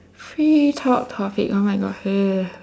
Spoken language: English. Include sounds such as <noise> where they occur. free talk topic oh my god <noise>